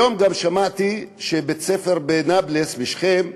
היום גם שמעתי שבית-ספר בנבלוס, בשכם,